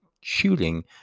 shooting